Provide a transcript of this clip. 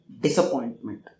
disappointment